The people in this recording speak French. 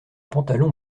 pantalon